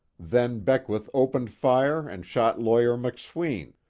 then beckwith opened fire and shot lawyer mcsween,